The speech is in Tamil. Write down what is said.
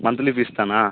மந்த்லி ஃபீஸ் தானா